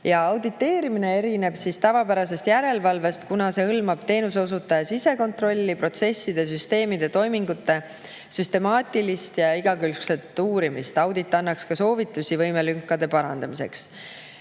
Auditeerimine erineb tavapärasest järelevalvest, kuna see hõlmab teenuseosutaja sisekontrolli, protsesside ja toimingute süstemaatilist ja igakülgset uurimist. Audit annaks ka soovitusi võimelünkade parandamiseks.